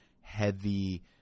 heavy